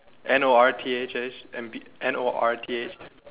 N O R T H S and N O R T H